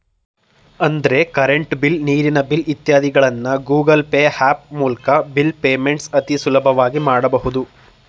ಅಂದ್ರೆ current bill, ನೀರಿನ bill ಇತ್ಯಾದಿಗಳನ್ನ ಗೂಗಲ್ ಪೇ ಹ್ಯಾಪ್ ಮೂಲ್ಕ ಬಿಲ್ ಪೇಮೆಂಟ್ಸ್ ಅತಿ ಸುಲಭವಾಗಿ ಮಾಡಬಹುದು